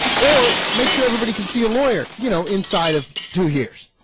or make sure everybody can see a lawyer you know inside of two years